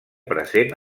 present